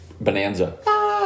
Bonanza